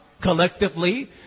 collectively